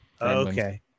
Okay